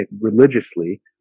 religiously